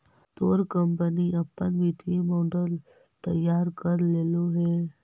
तोर कंपनी अपन वित्तीय मॉडल तैयार कर लेलो हे?